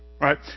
Right